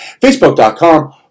Facebook.com